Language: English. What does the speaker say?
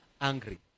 angry